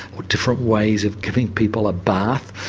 or different ways of giving people a bath.